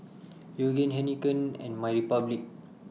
Yoogane Heinekein and My Republic